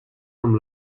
amb